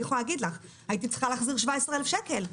אני יכולה להגיד לך: הייתי צריכה להחזיר 17,000 שקל,